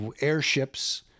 airships